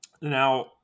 Now